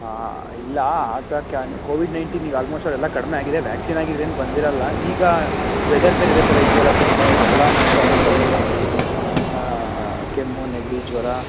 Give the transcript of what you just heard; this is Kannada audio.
ಹಾಂ ಇಲ್ಲ ಆ ಥರಕ್ಕೆ ನಾನು ಕೋವಿಡ್ ನೈನ್ಟೀನ್ ಈಗ ಆಲ್ಮೋಸ್ಟ್ ಅದೆಲ್ಲ ಕಡಿಮೆಯಾಗಿದೆ ವ್ಯಾಕ್ಸಿನ್ ಹಾಕಿದ್ರಿಂದ ಬಂದಿರೋಲ್ಲ ಈಗ ವೆದರ್ ಬೇರೆ ಇದೇ ಥರ ಇದೆಯಲ್ಲ ಸ್ವಲ್ಪ ಈಗ ಎಲ್ಲರ ಮನೆಯಲ್ಲೂ ಅದೇ ಪ್ರಾಬ್ಲಮ್ ಆಗಿಬಿಟ್ಟಿದೆ ಕೆಮ್ಮು ನೆಗಡಿ ಜ್ವರ